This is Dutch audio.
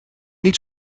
niet